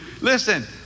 Listen